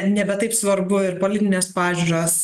nebe taip svarbu ir politinės pažiūros